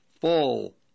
fall